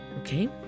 okay